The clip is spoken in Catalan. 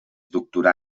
doctorà